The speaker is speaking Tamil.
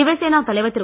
சிவசேனா தலைவர் திரு